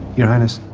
your highness.